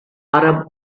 arabs